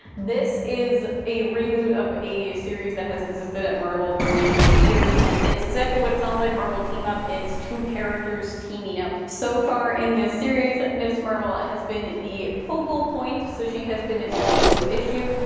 this is a reboot of a series that has existed at marvel for many, many years and it's exactly what it sounds like. marvel team-up it's two characters teaming up. so far in this series, ms marvel has been the focal point, so she has been in every single issue.